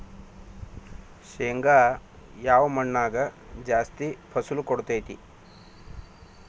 ಶೇಂಗಾ ಯಾವ ಮಣ್ಣಾಗ ಜಾಸ್ತಿ ಫಸಲು ಕೊಡುತೈತಿ?